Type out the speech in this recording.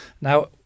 Now